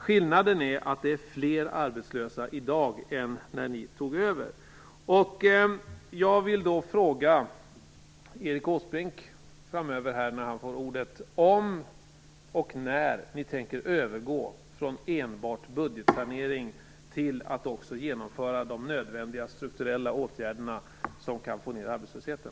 Skillnaden är att det är fler som är arbetslösa i dag än när ni tog över. Jag vill fråga Erik Åsbrink, när han framöver får ordet, om och när ni tänker övergå från enbart budgetsanering till att också genomföra de nödvändiga strukturella åtgärder som kan få ned arbetslösheten.